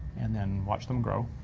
and then watch them grow.